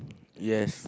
yes